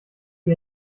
wie